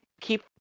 keep